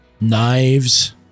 knives